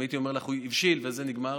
אם הייתי אומר לך: הוא הבשיל, בזה זה נגמר.